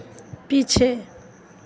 पीछे